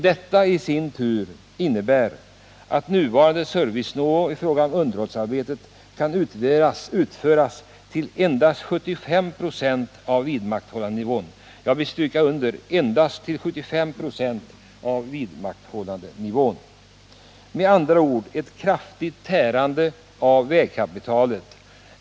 Detta i sin tur innebär att underhållsarbeten kan utföras endast till 75 96 av vad som krävs för att vidmakthålla den nuvarande nivån. Jag understryker — endast 75 96 av vidmakthållandenivån. Det innebär med andra ord ett kraftigt tärande på vägkapitalet.